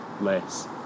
less